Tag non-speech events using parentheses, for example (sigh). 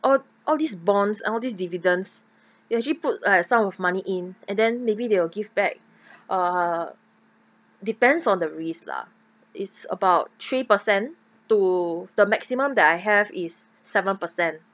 all all these bonds all this dividends you actually put a sum of money in and then maybe they will give back (breath) uh depends on the risk lah it's about three percent to the maximum that I have is seven percent